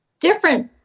different